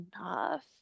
enough